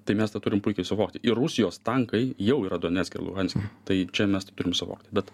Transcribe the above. tai mes tą turim puikiai suvokti ir rusijos tankai jau yra donecke ir luhanske tai čia mes tą turim suvokti bet